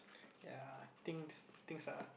ya things things are